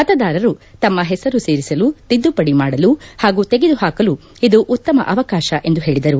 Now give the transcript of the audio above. ಮತದಾರರು ತಮ್ಮ ಹೆಸರು ಸೇರಿಸಲು ತಿದ್ದುಪಡಿ ಮಾಡಲು ಹಾಗೂ ತೆಗೆದು ಹಾಕಲು ಇದು ಉತ್ತಮ ಅವಕಾಶ ಎಂದು ಹೇಳಿದರು